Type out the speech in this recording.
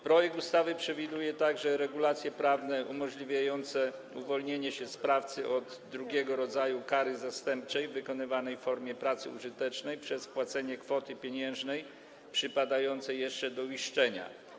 Projekt ustawy przewiduje także regulacje prawne umożliwiające uwolnienie się sprawcy od drugiego rodzaju kary zastępczej, wykonywanej w formie pracy użytecznej, przez wpłacenie kwoty pieniężnej przypadającej jeszcze do uiszczenia.